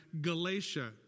Galatia